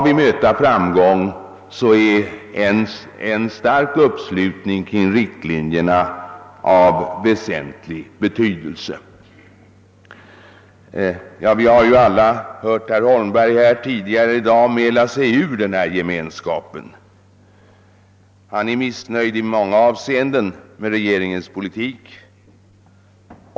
Vi har alla här tidigare i dag hört herr Holmberg mäla sig ut ur denna gemenskap. Han är i många avseenden missnöjd med regeringens politik.